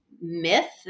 myth